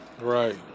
Right